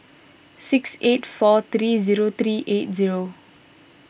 six eight four three zero three eight zero